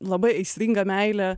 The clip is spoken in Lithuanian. labai aistringa meilė